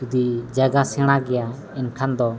ᱡᱩᱫᱤ ᱡᱟᱭᱜᱟ ᱥᱮᱬᱟ ᱜᱮᱭᱟ ᱮᱱᱠᱷᱟᱱ ᱫᱚ